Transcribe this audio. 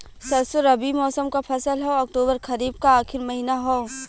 सरसो रबी मौसम क फसल हव अक्टूबर खरीफ क आखिर महीना हव